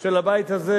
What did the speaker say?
של הבית הזה,